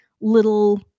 little